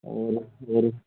और और